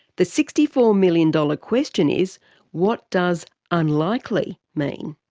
the sixty four million dollar question is what does unlikely mean?